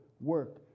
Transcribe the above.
work